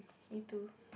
me too